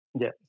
yes